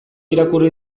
irakurri